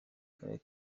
karere